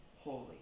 holy